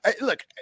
Look